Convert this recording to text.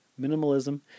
minimalism